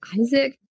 Isaac